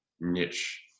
niche